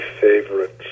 favorites